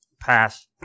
Pass